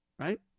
Right